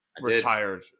retired